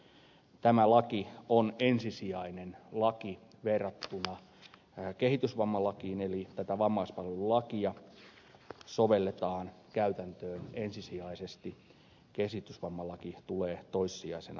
tämä laki on ensisijainen laki verrattuna kehitysvammalakiin eli tätä vammaispalvelulakia sovelletaan käytäntöön ensisijaisesti kehitysvammalaki tulee toissijaisena noudatettavaksi